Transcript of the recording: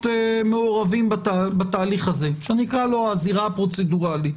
מעורבים בתהליך הזה שנקרא לו הזירה הפרוצדורלית.